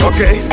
Okay